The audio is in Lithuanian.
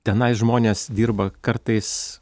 tenai žmonės dirba kartais